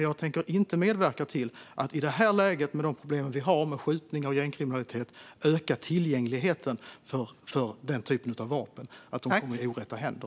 Jag tänker dock inte medverka till att i detta läge, med de problem vi har med skjutningar och gängkriminalitet, öka tillgängligheten till denna typ av vapen så att de kommer i orätta händer.